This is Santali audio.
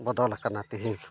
ᱵᱚᱫᱚᱞ ᱟᱠᱟᱱᱟ ᱛᱤᱦᱤᱧ